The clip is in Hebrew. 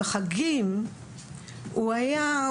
בחגים הוא היה,